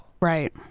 Right